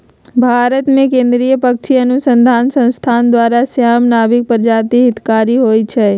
भारतमें केंद्रीय पक्षी अनुसंसधान संस्थान द्वारा, श्याम, नर्भिक प्रजाति हितकारी होइ छइ